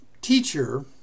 teacher